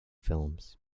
films